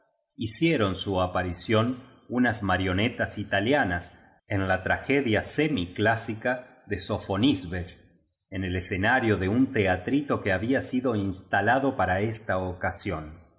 hicieron su aparición unas marionetas italianas en la tragedia semiclásica de sofonibe y en el escenario de un teatrito que había sido instalado para esta ocasión